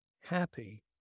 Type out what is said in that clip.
happy